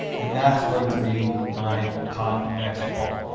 and that's going to be my convex hull.